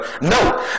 No